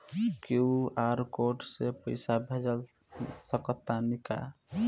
QR code से पईसा भेज सक तानी का?